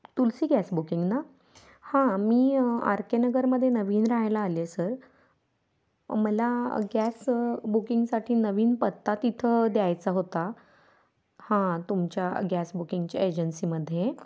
तुलसी gas booking ना हां मी आर के नगरमध्ये नवीन राहायला आले सर मला गॅस बुकिंगसाठी नवीन पत्ता तिथं द्यायचा होता हां तुमच्या गॅस बुकिंगच्या एजन्सीमध्ये